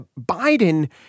Biden